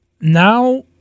now